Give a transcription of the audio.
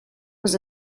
was